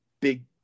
big